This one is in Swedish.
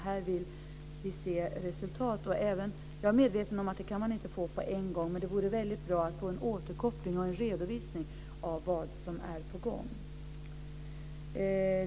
Här vill vi se resultat. Jag är medveten om att det inte går att få på en gång, men det vore bra att få en återkoppling och redovisning av vad som är på gång.